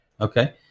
Okay